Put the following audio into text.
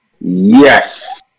yes